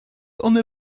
one